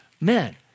men